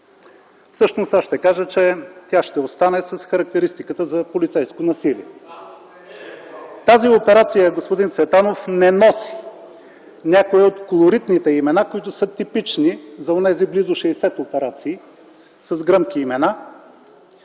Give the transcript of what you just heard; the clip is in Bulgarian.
Всъщност аз ще кажа, че тя ще остане с характеристиката за полицейско насилие. (Реплики от ГЕРБ.) Тази операция, господин Цветанов, не носи някои от колоритните имена, които са типични за онези близо 60 операции с гръмки имена.